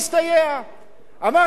אמרתי, מה צריך לעשות?